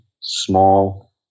small